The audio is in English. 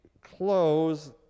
close